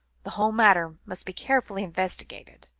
the whole matter must be carefully investigated.